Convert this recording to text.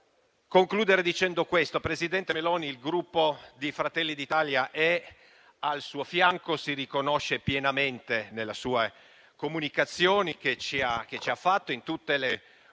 concludere. Presidente Meloni, il Gruppo Fratelli d'Italia è al suo fianco, si riconosce pienamente nelle comunicazioni che ci ha fatto e in tutte le